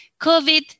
COVID